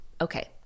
okay